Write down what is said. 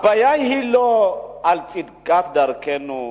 שהבעיה היא לא בעניין צדקת דרכנו,